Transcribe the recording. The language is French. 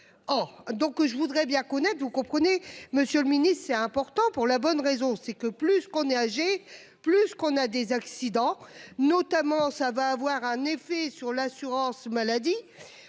Or donc je voudrais bien connaître, vous comprenez, Monsieur le Ministre, c'est important pour la bonne raison c'est que plus qu'on est âgé, plus qu'on a des accidents, notamment ça va avoir un effet sur l'assurance maladie.